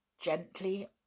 gently